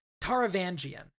Taravangian